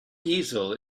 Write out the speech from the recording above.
diesel